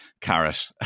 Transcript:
carrot